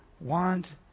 Want